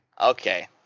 Okay